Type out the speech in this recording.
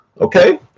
Okay